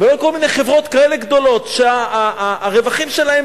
ולא על כל מיני חברות כאלה גדולות, שהרווחים שלהן